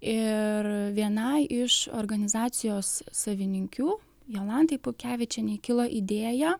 ir vienai iš organizacijos savininkių jolantai pukevičienei kilo idėja